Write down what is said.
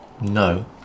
No